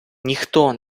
ніхто